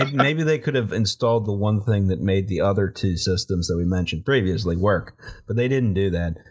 um maybe they could have installed the one thing that made the other two systems that we mentioned previously work. but they didn't do that.